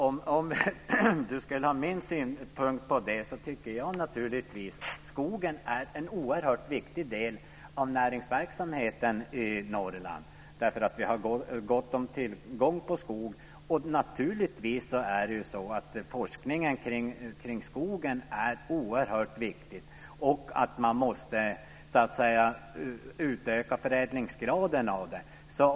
Herr talman! Om Ingegerd Saarinen ska ha min synpunkt på det så tycker jag naturligtvis att skogen är en oerhört viktig del av näringsverksamheten i Norrland, eftersom vi har god tillgång på skog. Och naturligtvis är forskningen om skogen oerhört viktig, och man måste naturligtvis utöka förädlingsgraden av den.